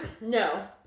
no